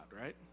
right